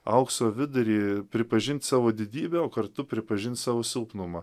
aukso vidurį pripažins savo didybę o kartu pripažins savo silpnumą